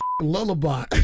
lullaby